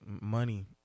money